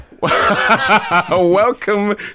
welcome